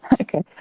Okay